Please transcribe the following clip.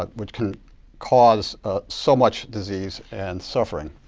but which can cause so much disease and suffering.